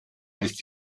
ist